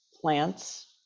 plants